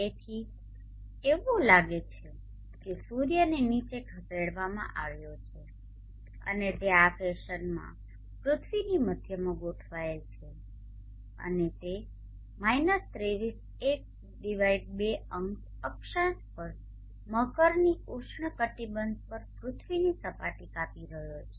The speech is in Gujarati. તેથી એવું લાગે છે કે સૂર્યને નીચે ખસેડવામાં આવ્યો છે અને તે આ ફેશનમાં પૃથ્વીની મધ્યમાં ગોઠવાયેલ છે અને તે 23 12 0 અક્ષાંશ પર મકરની ઉષ્ણકટીબંધ પર પૃથ્વીની સપાટી કાપી રહ્યો છે